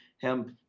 hemp